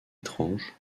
étrange